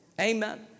Amen